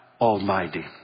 Almighty